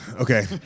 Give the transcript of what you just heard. Okay